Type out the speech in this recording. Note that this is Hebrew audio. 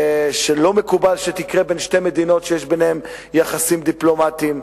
שלא מקובל שתקרה בין שתי מדינות שיש ביניהן יחסים דיפלומטיים.